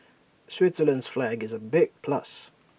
Switzerland's flag is A big plus